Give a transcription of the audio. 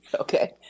Okay